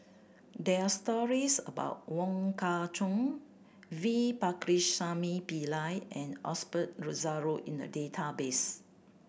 there're stories about Wong Kah Chun V Pakirisamy Pillai and Osbert Rozario in the database